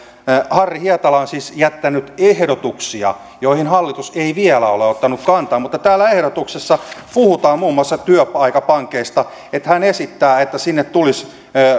harri hietala on siis jättänyt ehdotuksia joihin hallitus ei vielä ole ottanut kantaa mutta täällä ehdotuksessa puhutaan muun muassa työaikapankeista että hän esittää että